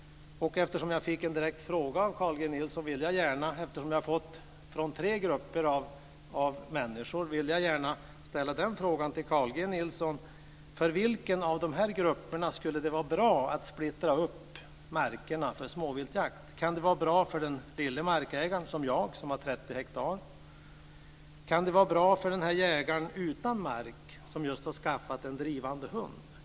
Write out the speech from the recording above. Jag fick en direkt fråga från Carl G Nilsson och eftersom jag hört av tre grupper av människor vill jag gärna fråga Carl G Nilsson: För vilken av de här grupperna skulle det vara bra att splittra upp markerna för småviltjakt? Kan det vara bra för en liten markägare som jag som har 30 hektar? Kan det vara bra för jägaren utan mark som just har skaffat en drivande hund?